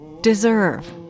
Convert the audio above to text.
deserve